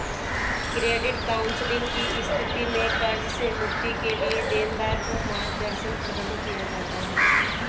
credit counselling की स्थिति में कर्ज से मुक्ति के लिए देनदार को मार्गदर्शन प्रदान किया जाता है